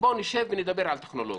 בואו נשב ונדבר על טכנולוגיה.